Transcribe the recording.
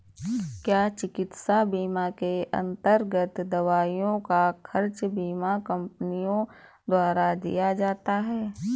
क्या चिकित्सा बीमा के अन्तर्गत दवाइयों का खर्च बीमा कंपनियों द्वारा दिया जाता है?